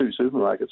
supermarkets